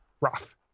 rough